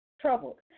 troubled